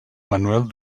manuel